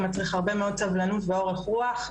מצריך הרבה מאד סבלנות ואורך רוח,